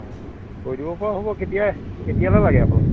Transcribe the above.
অঁ কৰি দিব পৰা হ'ব কেতিয়া কেতিয়ালৈ লাগে আপোনাক